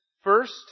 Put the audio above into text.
first